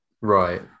Right